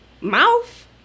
mouth